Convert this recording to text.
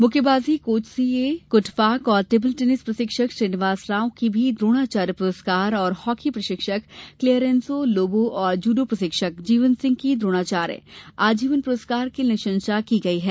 मुक्केबाजी coach C A कृष्टप्पाक और टेबल टेनिस प्रशिक्षक श्रीनिवास राव की भी द्रोणाचार्य पुरस्कार और हॉकी प्रशिक्षक क्लेयरेंसो लोबो और जूडो प्रशिक्षक जीवन सिंह की द्रोणाचार्य आजीवन प्रस्कार के लिए अनुशंसा की गई है